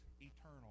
eternal